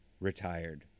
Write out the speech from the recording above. retired